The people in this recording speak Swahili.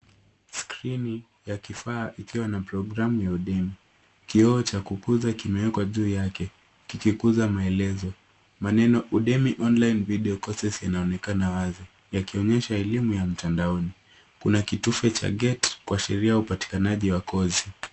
Skrini ya kifaa ikiwa na programu ya Udemy. Kioo cha kukuza kimewekwa juu yake kikikuza maelezo. Maneno Udemy Online Video Courses inaonekana wazi yakionyesha elimu ya mtandaoni. Kuna kitufe cha get kuashiria upatikanaji wa kozi.